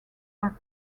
are